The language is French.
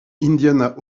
indiana